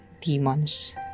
demons